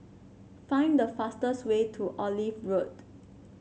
find the fastest way to Olive Road